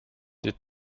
did